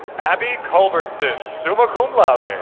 abbie culbertson, suma cum laude and